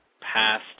past